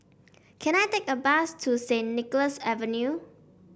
can I take a bus to Saint Nicholas View